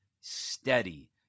steady